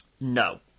No